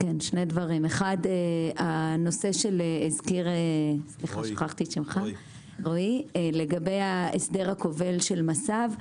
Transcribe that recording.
שני דברים: 1. הנושא שהזכיר רועי לגבי ההסדר הכובל של מס"ב,